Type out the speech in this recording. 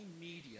media